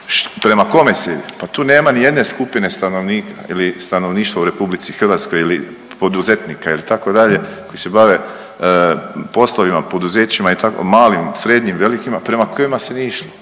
prema kome se ide, pa tu nema ni jedne skupine stanovnika ili stanovništva u Republici Hrvatskoj ili poduzetnika ili itd. koji se bave poslovima, poduzećima i tako malim, srednjim, velikima prema kojima se nije išlo